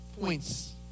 points